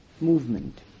movement